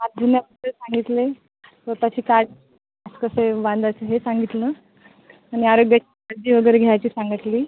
हात धुण्याचं सांगितले स्वतःची काळ कसे वांधायचे हे सांगितलं आणि आरोग्याची काळजी वगैरे घ्यायची सांगतली